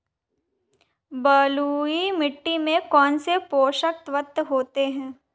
बलुई मिट्टी में कौनसे पोषक तत्व होते हैं?